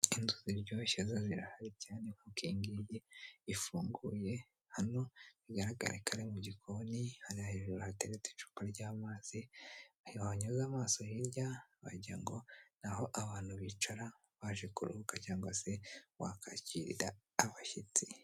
Inzu ziryoshye zo zirahari cyane kuko iyingiyi ifunguye hano igaragara ko ari mu gikoni hari hejuru hateretse icupa ry'amazi ntiho wanyuze amaso hirya wagira ngo naho abantu bicara baje kuruhuka cyangwa se wa kakirira abashyitsi.